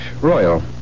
Royal